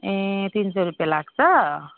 ए तिन सय रुपियाँ लाग्छ